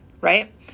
right